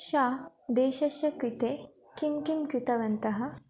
सः देशस्य कृते किं किं कृतवन्तः